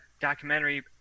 documentary